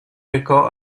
recò